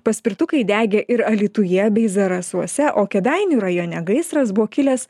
paspirtukai degė ir alytuje bei zarasuose o kėdainių rajone gaisras buvo kilęs